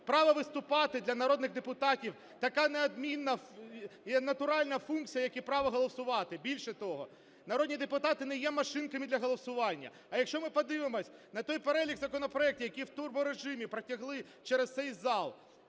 Право виступати для народних депутатів – така неодмінна і натуральна функція, як і право голосувати. Більше того, народні депутати не є машинками для голосування. А якщо ми подивимось на той перелік законопроектів, які в турборежимі протягли через цей зал,